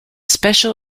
special